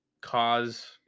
cause